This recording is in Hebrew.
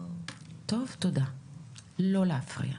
יופי, תודה ולא להפריע.